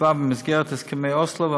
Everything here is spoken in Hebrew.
נקבע במסגרת הסכמי אוסלו,